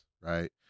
right